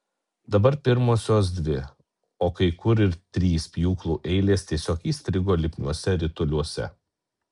dabar pirmosios dvi o kai kur ir trys pjūklų eilės tiesiog įstrigo lipniuose rituliuose